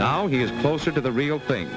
now he is closer to the real thing